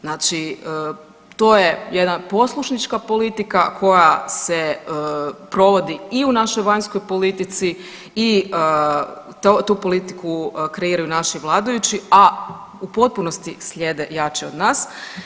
Znači to je jedna poslušnička politika koja se provodi i u našoj vanjskoj politici i tu politiku kreiraju naši vladajući, a u potpunosti slijede jači od nas.